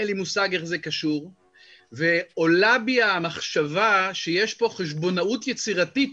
אין לי מושג איך זה קשור ועולה בי המחשבה שיש פה חשבונאות יצירתית